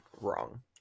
wrong